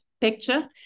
picture